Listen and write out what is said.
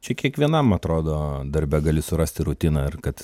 čia kiekvienam atrodo darbe gali surasti rutiną ir kad